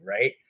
right